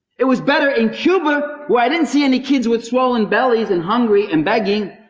it was better in cuba! where i didn't see any kids with swollen bellies and hungry and begging.